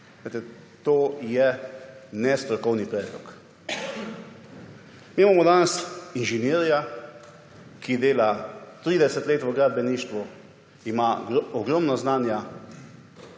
To je nestrokovni predlog. Mi imamo danes inženirja, ki dela 30 let v gradbeništvu, ima ogromno znanja,